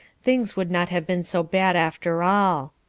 things would not have been so bad after all.